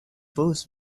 post